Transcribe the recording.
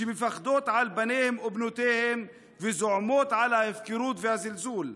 שמפחדות על בניהן ובנותיהן וזועמות על ההפקרות והזלזול.